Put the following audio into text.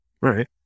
Right